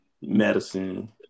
medicine